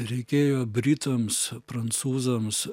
reikėjo britams prancūzams